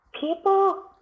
people